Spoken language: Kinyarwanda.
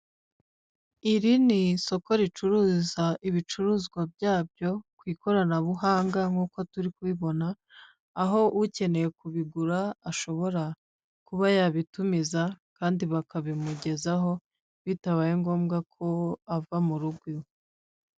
Iri ni isoko ricuruza ibicuruzwa byabyo ku ikoranabuhanga nkuko turi kubibona, aho ukeneye kubigura ashobora kuba yabitumiza kandi bakabimugezaho bitabaye ngombwa ko ava mu rugo iwe.